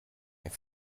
ich